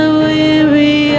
weary